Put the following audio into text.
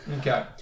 Okay